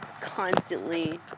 constantly